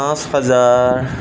পাঁচ হাজাৰ